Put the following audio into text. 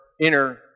inner